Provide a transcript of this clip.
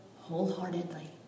wholeheartedly